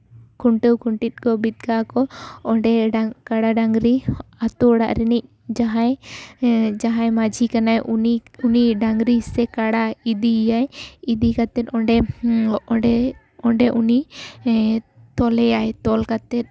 ᱠᱷᱩᱱᱴᱟᱹᱣ ᱠᱷᱩᱱᱴᱤ ᱠᱚ ᱵᱤᱫ ᱠᱟᱜᱼᱟ ᱠᱚ ᱚᱸᱰᱮ ᱰᱟᱝ ᱠᱟᱲᱟ ᱰᱟᱹᱝᱨᱤ ᱟᱛᱳ ᱚᱲᱟᱜ ᱨᱤᱱᱤᱡ ᱡᱟᱦᱟᱸᱭ ᱡᱟᱦᱟᱸᱭ ᱢᱟᱹᱡᱷᱤ ᱠᱟᱱᱟᱭ ᱩᱱᱤ ᱩᱱᱤ ᱰᱟᱹᱝᱨᱤ ᱥᱮ ᱠᱟᱲᱟᱭ ᱤᱫᱤᱭ ᱮᱭᱟᱭ ᱤᱫᱤ ᱠᱟᱛᱮ ᱚᱸᱰᱮ ᱚᱸᱰᱮ ᱩᱱᱤ ᱛᱚᱞᱮᱭᱟᱭ ᱛᱚᱞ ᱠᱟᱛᱮ